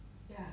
ya